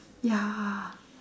ya